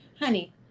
honey